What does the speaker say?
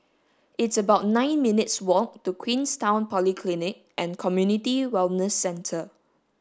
it's about nine minutes' walk to Queenstown Polyclinic and Community Wellness Centre